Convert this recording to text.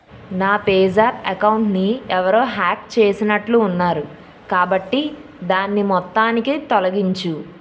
నా పేజాప్ అకౌంట్ని ఎవరో హ్యాక్ చేసినట్లు ఉన్నారు కాబట్టి దాన్ని మొత్తానికి తొలగించుము